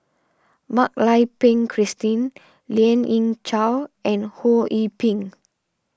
Mak Lai Peng Christine Lien Ying Chow and Ho Yee Ping